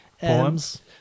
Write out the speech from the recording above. Poems